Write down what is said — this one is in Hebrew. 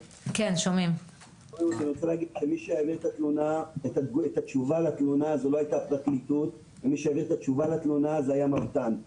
מי שהעביר את התשובה לתלונה זו לא הייתה הפרקליטות אלא המבת"ן.